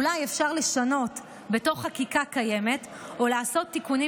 אולי אפשר לשנות בתוך חקיקה קיימת או לעשות תיקונים